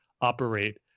operate